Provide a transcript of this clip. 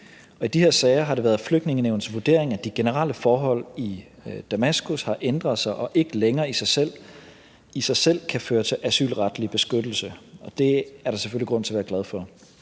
i de her sager har det været Flygtningenævnets vurdering, at de generelle forhold i Damaskus har ændret sig og ikke længere i sig selv kan føre til asylretlig beskyttelse, og det er der selvfølgelig grund til at være glad for.